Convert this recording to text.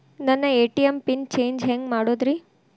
ನನ್ನ ATM pin change ಹೆಂಗ್ ಮಾಡೋದ್ರಿ?